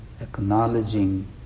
acknowledging